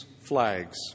flags